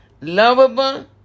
lovable